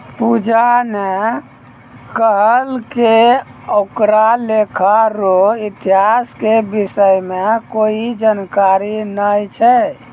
पूजा ने कहलकै ओकरा लेखा रो इतिहास के विषय म कोई जानकारी नय छै